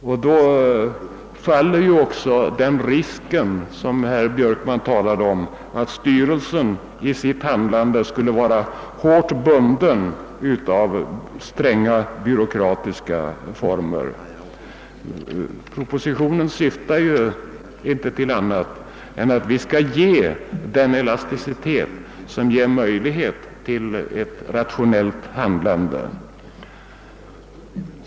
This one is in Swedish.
Då bortfaller också den risk som herr Björkman påvisade, nämligen att styrelsen i sitt handlande skulle vara hårt bunden av stränga byråkratiska former. Propositionen syftar inte till någonting annat än just detta att för de statliga företagen åstadkomma den elasticitet som ger dem möjligheter till ett rationellt handlande.